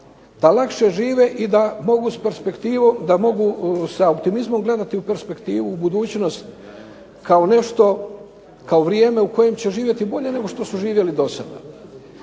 s perspektivom, da mogu sa optimizmom gledati u perspektivu u budućnost, kao nešto, kao vrijeme u kojem će živjeti bolje nego što su živjele do sada.